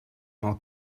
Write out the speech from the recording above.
mal